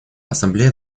ассамблея